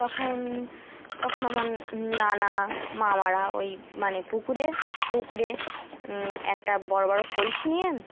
তখন তখন আমার নানা মামারা ওই মানে পুকুরে পুকুরে একটা বড়ো বড়ো কলস নিয়ে